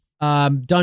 Done